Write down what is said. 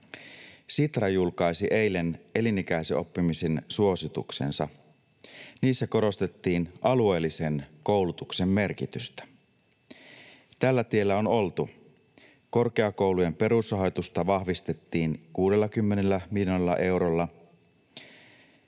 Sitra julkaisi eilen elinikäisen oppimisen suosituksensa. Niissä korostettiin alueellisen koulutuksen merkitystä. Tällä tiellä on oltu: Korkeakoulujen perusrahoitusta vahvistettiin 60 miljoonalla eurolla.